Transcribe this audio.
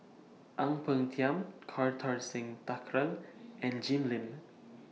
Ang Peng Tiam Kartar Singh Thakral and Jim Lim